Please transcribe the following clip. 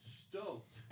stoked